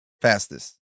fastest